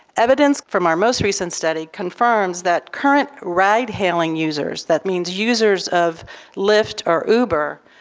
evidence from our most recent study confirms that current ride-hailing users, that means users of lyft or uber,